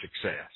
success